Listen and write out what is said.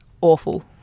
awful